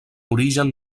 origen